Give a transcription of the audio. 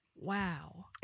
Wow